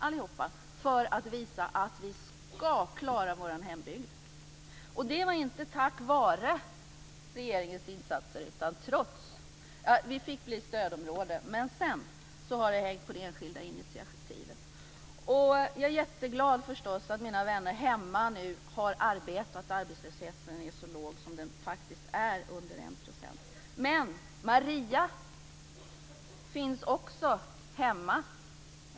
Allihop har ställt upp för att visa att vi ska klara vår hembygd. Och det är inte tack vare regeringens insatser, utan trots dessa. Vi fick bli stödområde, men sedan har det hängt på enskilda initiativ. Jag är förstås jätteglad över att mina vänner hemma nu har arbete och att arbetslösheten är så låg som den är, under 1 %. Men Maria bor också där.